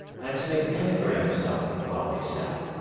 and to make anagrams of, while they sat,